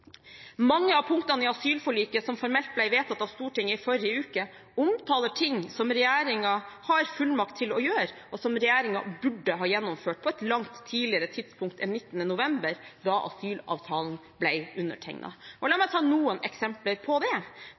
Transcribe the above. Mange av punktene i asylforliket som formelt ble vedtatt av Stortinget i forrige uke, omtaler ting som regjeringen har fullmakt til å gjøre, og som regjeringen burde ha gjennomført på et langt tidligere tidspunkt enn 19. november, da asylavtalen ble undertegnet. La meg ta noen eksempler: Det